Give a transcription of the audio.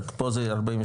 רק פה זה 42%,